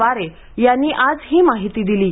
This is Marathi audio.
वारे यांनी आज ही माहिती दिली आहे